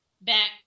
back